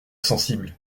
sensible